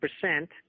percent